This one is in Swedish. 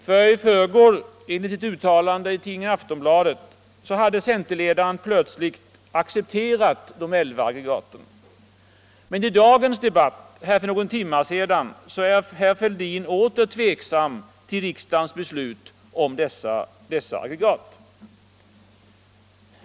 För i förrgår, enligt ett uttalande i Aftonbladet, hade centerledaren plötsligt accepterat de elva aggregaten. Men i dagens debatt för någon timme sedan var herr Fälldin åter tveksam till riksdagens beslut om dessa aggregat.